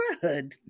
good